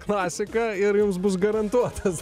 klasiką ir jums bus garantuotas